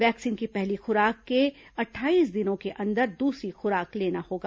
vaccine की पहली खुराक के अट्ठाईस दिनों के अंदर दूसरी खुराक लेना होगा